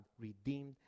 redeemed